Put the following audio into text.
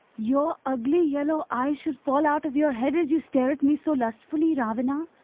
your ugly yellow eyes should fall out of your head as you stare at me so lustfully, ravana.